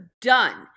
done